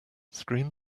screen